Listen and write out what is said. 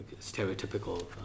stereotypical